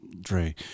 Dre